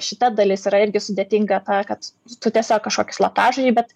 šita dalis yra irgi sudėtinga kad tu tiesiog kažkokį slaptažodį bet